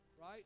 Right